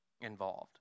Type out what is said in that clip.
involved